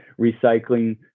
recycling